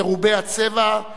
מרובי הצבע,